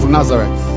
Nazareth